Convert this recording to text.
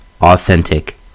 authentic